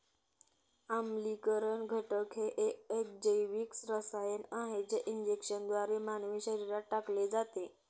आम्लीकरण घटक हे एक अजैविक रसायन आहे जे इंजेक्शनद्वारे मानवी शरीरात टाकले जाते